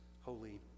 Holy